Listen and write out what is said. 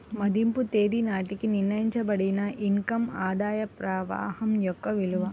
మదింపు తేదీ నాటికి నిర్ణయించబడిన ఇన్ కమ్ ఆదాయ ప్రవాహం యొక్క విలువ